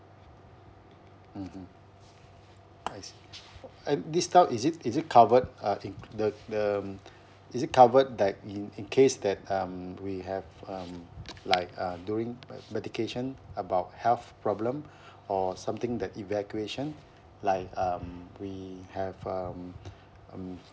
mmhmm I see and this type is it is it covered uh in the the is it covered like in in case that um we have um like uh during medication about health problem or something that evacuation like um we have um um